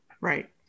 Right